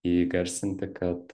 įgarsinti kad